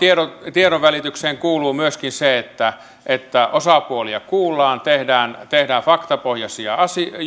tiedonvälitykseen kuuluu myöskin se että että osapuolia kuullaan tehdään tehdään faktapohjaisia